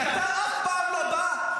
כי אתה אף פעם לא בא,